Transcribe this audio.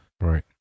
Right